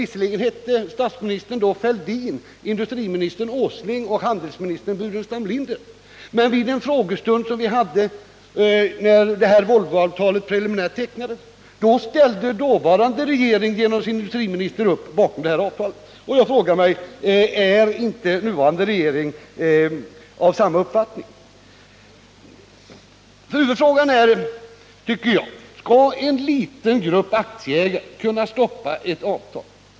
Visserligen hette då statsministern Fälldin, industriministern Åsling och handelsministern Burenstam Linder, men vid en frågestund som vi hade när Volvoavtalet preliminärt tecknades ställde den dåvarande regeringens industriminister upp bakom detta avtal. Jag frågar mig: Är inte den nuvarande regeringen av samma uppfattning? Huvudfrågan tycker jag är: Skall en liten grupp aktieägare kunna stoppa ett avtal?